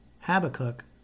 Habakkuk